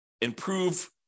improve